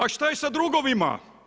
A šta je sa drugovima?